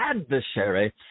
Adversary